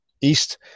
east